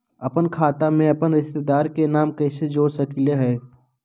अपन खाता में अपन रिश्तेदार के नाम कैसे जोड़ा सकिए हई?